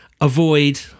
avoid